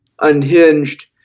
unhinged